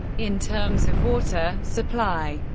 in terms of water supply,